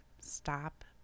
stop